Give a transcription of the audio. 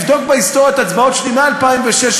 תבדוק בהיסטוריית ההצבעות שלי מ-2006,